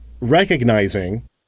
Recognizing